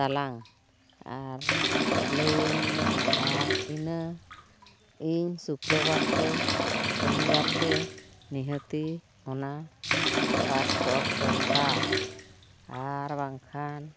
ᱛᱟᱞᱟᱝ ᱟᱨ ᱞᱟᱹᱭᱟᱹᱧ ᱢᱮ ᱟᱨ ᱤᱱᱟᱹ ᱤᱧ ᱥᱩᱠᱨᱚᱵᱟᱨ ᱛᱮ ᱥᱚᱱᱤᱵᱟᱨ ᱛᱮ ᱱᱤᱦᱟᱹᱛᱤ ᱚᱱᱟ ᱯᱟᱥᱯᱳᱨᱴ ᱫᱚ ᱫᱚᱨᱠᱟᱨ ᱟᱨ ᱵᱟᱝᱠᱷᱟᱱ